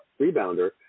rebounder